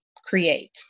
create